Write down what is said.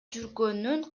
жүргөнүн